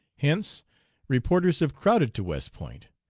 hence reporters have crowded to west point,